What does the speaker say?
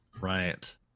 right